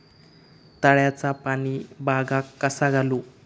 तळ्याचा पाणी बागाक कसा घालू?